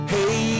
Hey